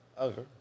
Okay